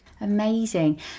Amazing